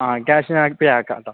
ആ ക്യാഷ് നേരത്തെ ആക്കാം കേട്ടോ